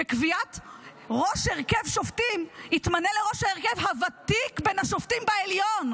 שבקביעת ראש הרכב שופטים יתמנה לראש ההרכב הוותיק בין השופטים בעליון.